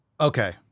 Okay